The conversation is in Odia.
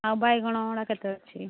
ଆଉ ବାଇଗଣ ଗୁଡ଼ା କେତେ ଅଛି